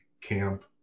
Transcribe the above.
camp